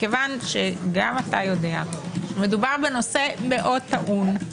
כיוון שגם אתה יודע שמדובר בנושא מאוד טעון,